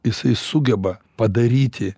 jisai sugeba padaryti